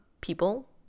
people